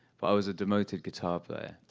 but i was a demoted guitar player,